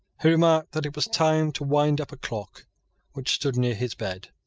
he remarked that it was time to wind up a clock which stood near his bed.